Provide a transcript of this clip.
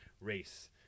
race